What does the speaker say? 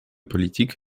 politique